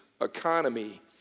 economy